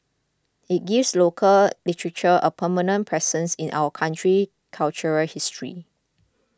it gives local literature a permanent presence in our country cultural history